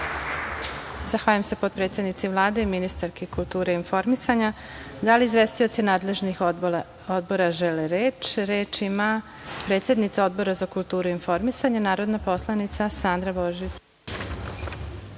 Zahvaljujem se potpredsednici Vlade i ministarki kulture i informisanja. Da li izvestioci nadležnih odbora žele reč? (Da.)Reč ima predsednica Odbora za kulturu i informisanje, narodna poslanica Sandra